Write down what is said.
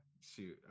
shoot